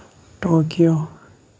Tokyo